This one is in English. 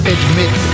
Admit